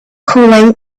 cooling